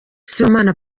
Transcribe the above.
sibomana